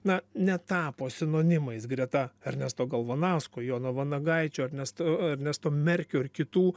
na netapo sinonimais greta ernesto galvanausko jono vanagaičio ernesto ernesto merkio ir kitų